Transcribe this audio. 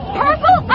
purple